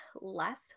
less